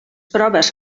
proves